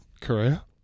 Korea